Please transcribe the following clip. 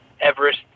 Everest